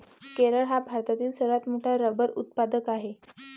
केरळ हा भारतातील सर्वात मोठा रबर उत्पादक आहे